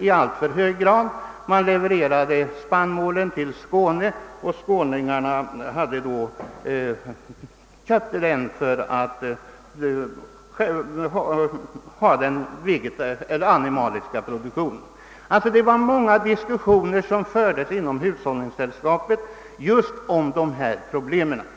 Man har från Sörmland levererat spannmål till Skåne, och skåningarna har sedan köpt spannmålen för att använda den till animalisk produktion. Inom hushållningssällskapet i Sörmland har det varit många